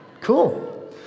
Cool